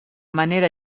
manera